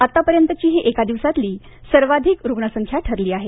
आतापर्यंतची एका दिवसातील ही सर्वाधिक रुग्णसंख्या ठरली आहे